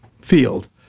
field